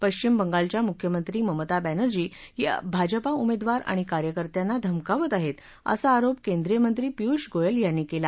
पश्विम बंगालच्या मुख्यमंत्री ममता बर्सिी या भाजपा उमेदवार आणि कार्यकर्त्यांना धमकावत आहेत असा आरोप केंद्रीय मंत्री पियुष गोयल यांनी केला